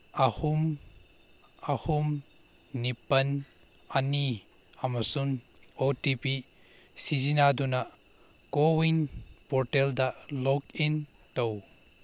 ꯑꯍꯨꯝ ꯑꯍꯨꯝ ꯅꯤꯄꯥꯜ ꯑꯅꯤ ꯑꯃꯁꯨꯟ ꯑꯣ ꯇꯤ ꯄꯤ ꯁꯤꯖꯤꯟꯅꯗꯨꯅ ꯀꯣꯋꯤꯟ ꯄꯣꯔꯇꯦꯜꯗ ꯂꯣꯛꯏꯟ ꯇꯧ